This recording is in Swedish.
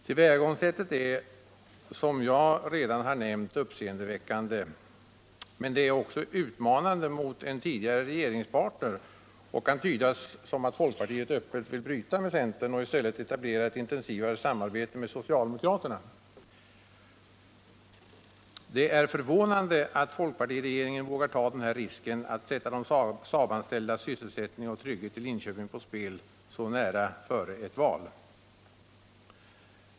Tillvägagångssättet är — som jag redan har nämnt — uppseendeväckande, men det är också utmanande mot en tidigare regeringspartner och kan tydas som att folkpartiet öppet vill bryta med centern och i stället etablera intensivare samarbete med socialdemokraterna. Det är förvånande att folkpartiregeringen vågar ta risken att sätta de Saabanställdas sysselsättning och trygghet i Linköping på spel så kort tid före ett val.